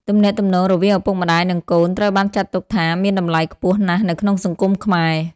ទំនាក់ទំនងរវាងឪពុកម្តាយ និងកូន ត្រូវបានចាត់ទុកថាមានតម្លៃខ្ពស់ណាស់នៅក្នុងសង្គមខ្មែរ។